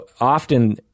often